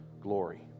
glory